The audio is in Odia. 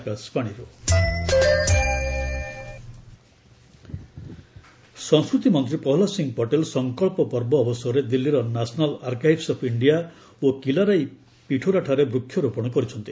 ସଂକଳ୍ପ ପର୍ବ ସଂସ୍କୃତିମନ୍ତ୍ରୀ ପ୍ରହ୍ଲାଦ ସିଂ ପଟେଲ ସଂକଳ୍ପ ପର୍ବ ଅବସରରେ ଦିଲ୍ଲୀର ନ୍ୟାସନାଲ୍ ଆର୍କାଇଭ୍ସ ଅଫ୍ ଇଣ୍ଡିଆ ଓ କିଲାରାଇ ପିଠୋରାଠାରେ ବୃକ୍ଷରୋପଣ କରିଛନ୍ତି